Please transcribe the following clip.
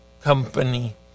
Company